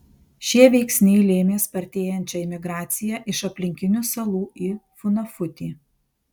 šie veiksniai lėmė spartėjančią imigraciją iš aplinkinių salų į funafutį